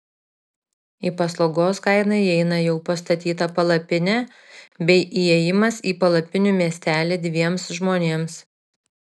į paslaugos kainą įeina jau pastatyta palapinė bei įėjimas į palapinių miestelį dviems žmonėms